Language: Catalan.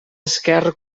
esquerre